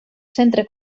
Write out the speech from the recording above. centre